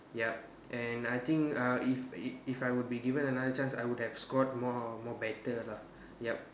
yup and I think uh if if I would be given another chance I would have scored more more better lah yup